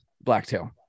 blacktail